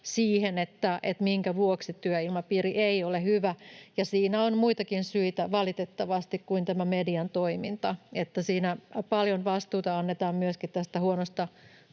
siitä, minkä vuoksi työilmapiiri ei ole hyvä. Siihen on muitakin syitä valitettavasti kuin tämä median toiminta, siinä annetaan paljon vastuuta myöskin huonosta